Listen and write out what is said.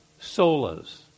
solas